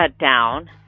down